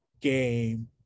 game